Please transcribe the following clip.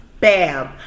Bam